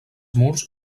murs